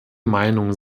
meinung